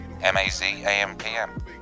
M-A-Z-A-M-P-M